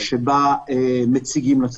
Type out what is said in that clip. שבה מציגים הצדדים.